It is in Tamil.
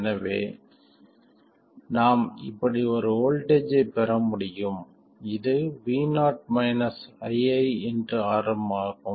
எனவே நாம் இப்படி ஒரு வோல்ட்டேஜ் ஐப் பெற முடியும் இது vo iiRm ஆகும்